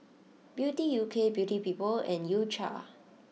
Beauty U K Beauty People and U cha